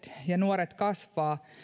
ja nuoret kasvavat